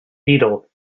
beetle